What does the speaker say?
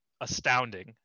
astounding